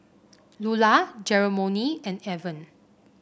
Lular Jeromy and Avon